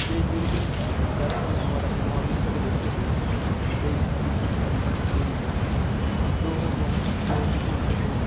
যেই দূরবীন যার ফলে আমরা মহাবিশ্বকে দেখতে পেয়েছিলাম এই মহাবিশ্বের চারিপাশে এই গ্রহ নক্ষত্র উপগ্রহ